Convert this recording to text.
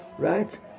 Right